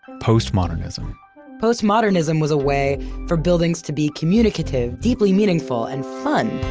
postmodernism postmodernism was a way for buildings to be communicative, deeply meaningful and fun.